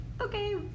okay